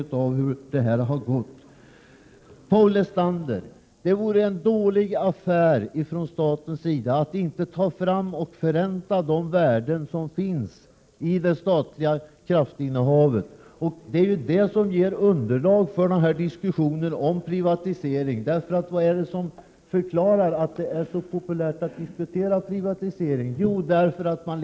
Att inte ta fasta på och förränta de värden som finns i fråga om det statliga kraftinnehavet skulle, Paul Lestander, vara en dålig affär för staten. Det är här som man finner underlaget till diskussionen om en privatisering. Men varför är det så populärt att diskutera den frågan?